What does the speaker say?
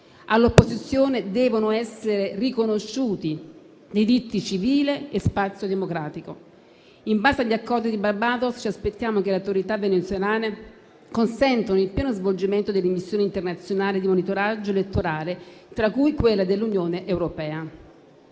All'opposizione devono essere riconosciuti diritti civili e spazio democratico. In base agli accordi di Barbados ci aspettiamo che le autorità venezuelane consentano il pieno svolgimento delle missioni internazionali di monitoraggio elettorale, tra cui quella dell'Unione europea.